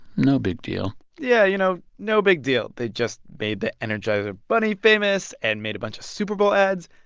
no big deal yeah. you know, no big deal. they just made the energizer bunny famous and made a bunch of super bowl ads.